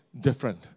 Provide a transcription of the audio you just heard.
different